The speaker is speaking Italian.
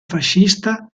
fascista